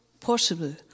possible